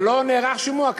אבל לא נערך שימוע,